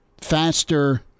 faster